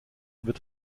wird